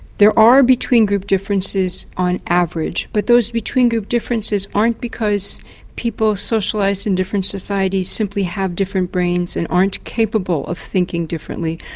there are between-group differences on average but those between-group differences aren't because people socialised in different societies simply have different brains and aren't capable of thinking differently.